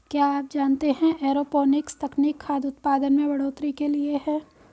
क्या आप जानते है एरोपोनिक्स तकनीक खाद्य उतपादन में बढ़ोतरी के लिए है?